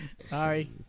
Sorry